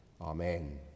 Amen